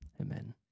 Amen